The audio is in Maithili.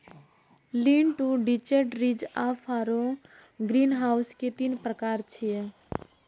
लीन टू डिटैच्ड, रिज आ फरो ग्रीनहाउस के तीन प्रकार छियै